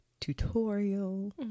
tutorial